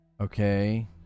Okay